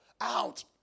out